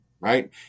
Right